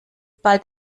bald